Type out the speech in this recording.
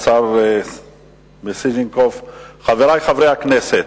השר מיסז'ניקוב, חברי חברי הכנסת,